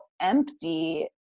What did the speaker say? empty